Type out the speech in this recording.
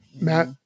Matt